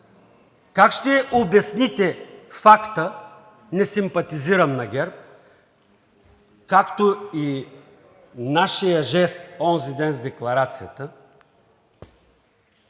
Как ще обясните факта, не симпатизирам на ГЕРБ, както и нашият жест онзи ден с декларацията,